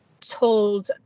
told